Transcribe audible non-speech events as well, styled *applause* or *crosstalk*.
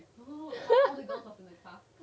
*laughs*